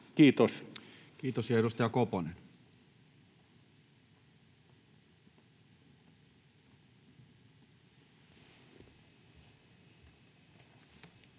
Kiitos. Kiitos. — Ja edustaja Koponen. Arvoisa